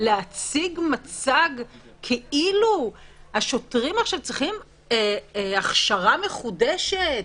להציג מצג כאילו השוטרים עכשיו צריכים הכשרה מחודשת,